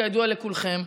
כידוע לכולכם,